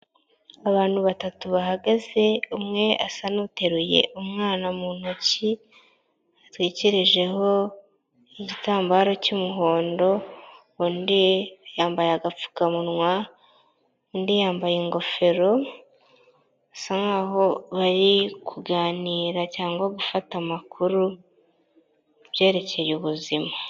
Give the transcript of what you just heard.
Abantu batatu bahagaze umwe asa n'uteruye umwana mu ntoki atwikirijeho igitambaro cy'umuhondo, undi yambaye agapfukamunwa undi yambaye ingofero bisa nkaho bari kuganira cyangwa gufata amakuru kubyerekeye ubuzima.